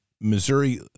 Missouri